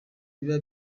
biba